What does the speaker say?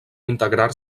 integrar